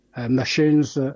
machines